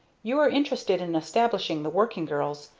you are interested in establishing the working girls,